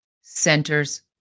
centers